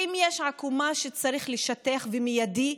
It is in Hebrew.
ואם יש עקומה שצריך לשטח במיידי,